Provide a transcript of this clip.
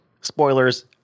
spoilers